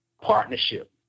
Partnership